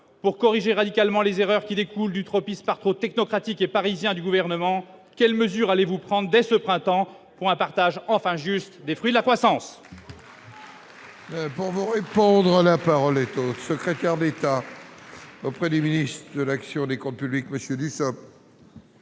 pour corriger radicalement les erreurs qui découle du tropisme par trop technocratique et parisien du gouvernement, quelles mesures allez-vous prendre dès ce printemps pour un partage enfin juste des fruits de la croissance.